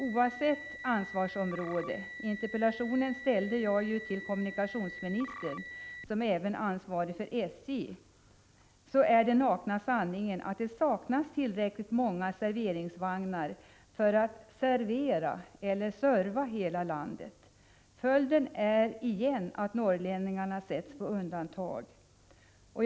Oavsett ansvarsområde — jag ställde interpellationen till kommunikationsministern som ansvarig även för SJ — är den nakna sanningen att det inte finns tillräckligt många serveringsvagnar för att man skall kunna ge samma service över hela landet. Följden är att norrlänningarna sätts på undantag igen.